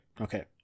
Okay